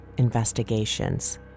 investigations